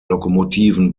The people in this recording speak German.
lokomotiven